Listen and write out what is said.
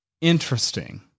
interesting